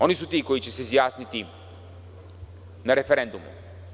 Oni su ti koji će se izjasniti na referendumu.